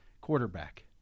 Quarterback